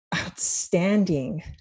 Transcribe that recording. outstanding